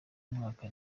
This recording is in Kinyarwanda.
mwaka